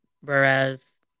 whereas